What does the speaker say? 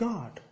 God